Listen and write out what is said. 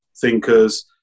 thinkers